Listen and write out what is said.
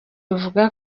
ivuga